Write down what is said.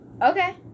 Okay